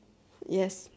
yes